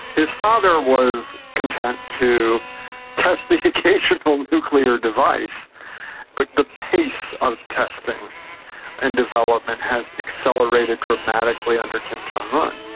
his father was content to test the occasional nuclear device, but the pace of testing and development has accelerated dramatically under kim jong-un.